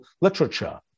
literature